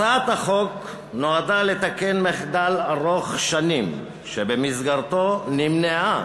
הצעת החוק נועדה לתקן מחדל ארוך שנים שבמסגרתו נמנעה